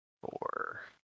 four